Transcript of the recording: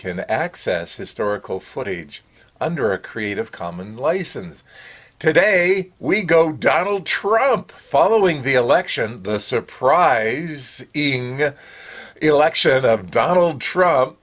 can access historical footage under a creative commons license today we go donald trump following the election the surprise election of donald trump